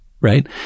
right